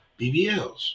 BBLs